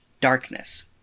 Darkness